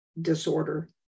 disorder